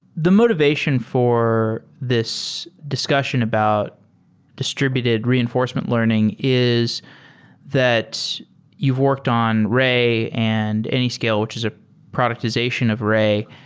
the motivation for this discussion about distributed reinforcement learning is that you've worked on ray and anyscale, which is a productization of ray,